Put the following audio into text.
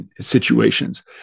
situations